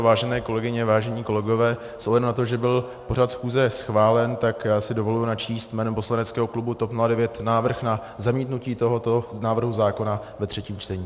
Vážené kolegyně, vážení kolegové, s ohledem na to, že byl pořad schůze schválen, tak si dovoluji načíst jménem poslaneckého klubu TOP 09 návrh na zamítnutí tohoto návrhu zákona ve třetím čtení.